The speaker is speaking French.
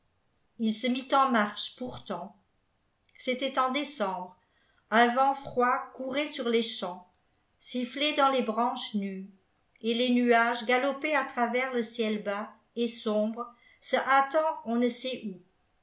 ii se mit en marche pourtant c'était en décembre un vent froid courait sur les champs sifflait dans les branches nues et les nuages galopaient à travers le ciel bas et sombre se hâtant on ne sait où